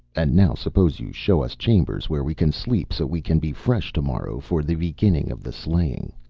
and now suppose you show us chambers where we can sleep, so we can be fresh tomorrow for the beginning of the slaying.